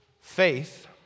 Faith